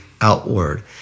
outward